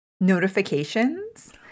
notifications